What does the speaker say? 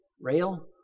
rail